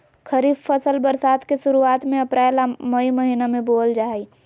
खरीफ फसल बरसात के शुरुआत में अप्रैल आ मई महीना में बोअल जा हइ